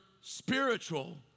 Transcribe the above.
spiritual